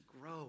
grow